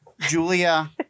Julia